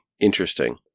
interesting